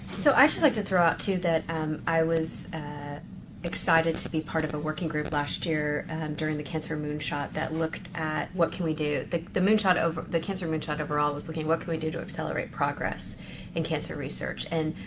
so i'd just like to throw out too that i was excited to be part of a working group last year during the cancer moonshot that looked at, what can we do the the moonshot over, the cancer moonshot overall was looking at, what can we do to accelerate progress in cancer research? and